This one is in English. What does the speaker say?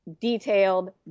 detailed